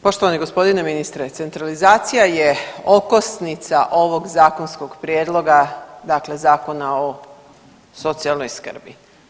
Poštovani gospodine ministre, centralizacija je okosnica ovog zakonskog prijedloga dakle Zakona o socijalnoj skrbi.